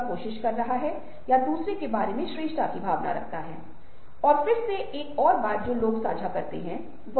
इसलिए ऐसा नहीं है कि यह धर्मशास्त्र या धार्मिक पूर्वाग्रह के आधार पर है कि मैं इन विचारों को आपके साथ साझा कर रहा हूं